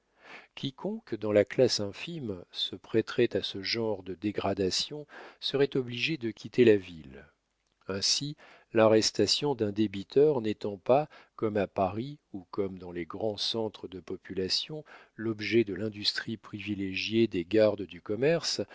quiconque dans la classe infime se prêterait à ce genre de dégradation serait obligé de quitter la ville ainsi l'arrestation d'un débiteur n'étant pas comme à paris ou comme dans les grands centres de population l'objet de l'industrie privilégiée des gardes du commerce